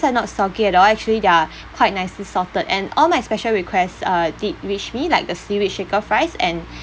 are not soggy at all actually they're quite nicely salted and all my special requests uh did reach me like the seaweed shaker fries and